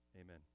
Amen